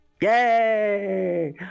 Yay